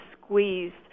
squeezed